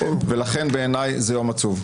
ולכן בעיניי זה יום עצוב.